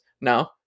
no